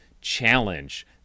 challenge